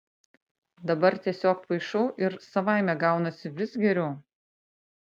dabar tiesiog paišau ir savaime gaunasi vis geriau